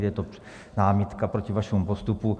Je to námitka proti vašemu postupu.